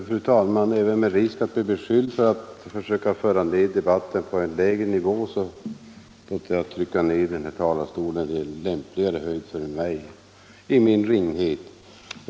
Fru talman! Även med risk att bli beskylld för att försöka föra ned debatten på en lägre nivå låter jag trycka ned talarstolen till lämpligare höjd för mig i min ringhet.